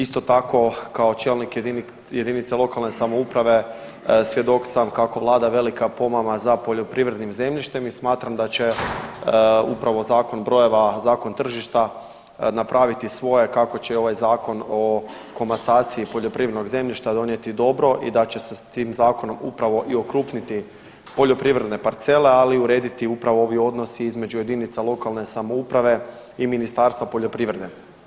Isto tako kao čelnik jedinice lokalne samouprave svjedok sam kako Vlada velika pomama za poljoprivrednim zemljištem i smatram da će upravo zakon brojeva, zakon tržišta napraviti svoje kako će ovaj Zakon o komasaciji poljoprivrednog zemljišta donijeti dobro i da će se sa tim zakonom upravo i okrupniti poljoprivredne parcele, ali i urediti upravo ovi odnosi između jedinica lokalne samouprave i Ministarstva poljoprivrede.